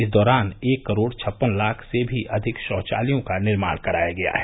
इस दौरान एक करोड़ छप्पन लाख से भी अधिक शौचालयों का निर्माण कराया गया है